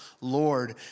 Lord